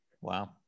Wow